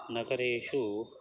नगरेषु